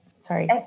Sorry